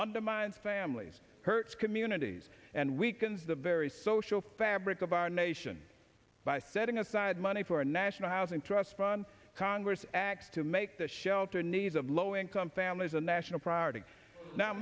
the minds families hurts communities and weakens the very social fabric of our nation by setting aside money for a national housing trust fund congress acts to make the shelter needs of low income families a national priority now